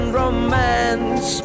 romance